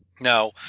Now